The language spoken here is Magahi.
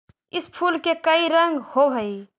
इस फूल के कई रंग होव हई